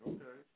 Okay